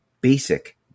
basic